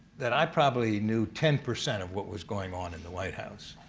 that i probably knew ten percent of what was going on in the white house.